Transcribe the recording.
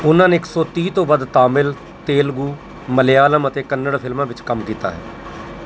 ਉਨ੍ਹਾਂ ਨੇ ਇੱਕ ਸੌ ਤੀਹ ਤੋਂ ਵੱਧ ਤਾਮਿਲ ਤੇਲਗੂ ਮਲਿਆਲਮ ਅਤੇ ਕੰਨੜ ਫਿਲਮਾਂ ਵਿੱਚ ਕੰਮ ਕੀਤਾ ਹੈ